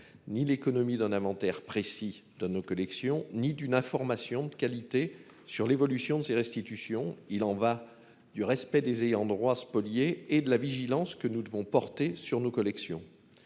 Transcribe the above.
ni l'économie d'un inventaire précis de nos collections ni d'une information de qualité sur l'évolution de ces restitutions. Il en va du respect des ayants droit spoliés et de la vigilance que nous devons porter sur nos collections.